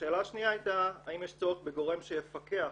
והשאלה השנייה הייתה האם יש צורך בגורם שיפקח